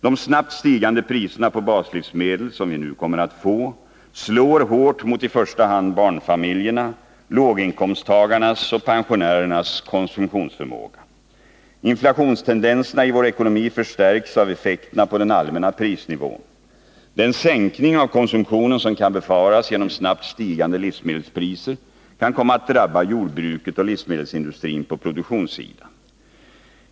De snabbt stigande priserna på baslivsmedel, som vi nu kommer att få, slår hårt mot i första hand barnfamiljernas, låginkomsttagarnas och pensionärernas konsumtionsförmåga. Inflationstendenserna i vår ekonomi förstärks av effekterna på den allmänna prisnivån. Den sänkning av konsumtionen som kan befaras på grund av snabbt stigande livsmedelspriser, kan komma att drabba jordbruket och livsmedelsindustrin på produktionssidan.